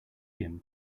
him